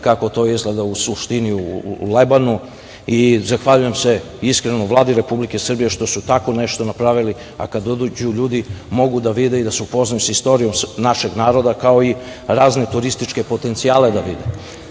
kako to izgleda u suštini u Lebanu i zahvaljujem se iskreno Vladi Srbije što su tako nešto napravili, a kada dođu ljudi mogu da vide i da se upoznaju sa istorijom našeg naroda i sa raznim turističkim potencijalima. Takođe